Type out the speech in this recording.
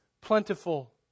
plentiful